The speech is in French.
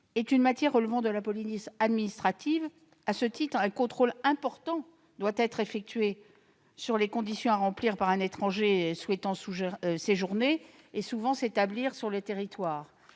est une matière relevant de la police administrative. À ce titre, un contrôle important doit être effectué sur les conditions à remplir par l'étranger souhaitant séjourner et, souvent, s'établir sur notre territoire.